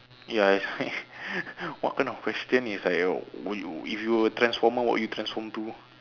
ya that's like what kind of question is like uh if you were a transformer what you transform to